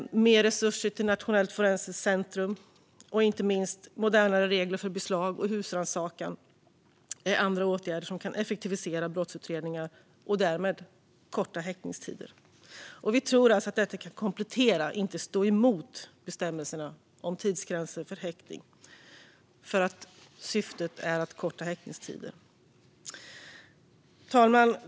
Andra åtgärder som kan effektivisera brottsutredningar och därmed korta häktningstiderna är mer resurser till Nationellt forensiskt centrum, liksom inte minst modernare regler för beslag och husrannsakan. Vi tror alltså att detta kan komplettera, inte stå emot, bestämmelserna om tidsgränser för häktning. Syftet är att korta häktningstiderna. Fru talman!